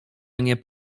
mnie